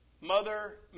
Mother